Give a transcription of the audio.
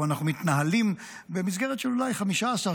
אנחנו מתנהלים במסגרת של אולי 15,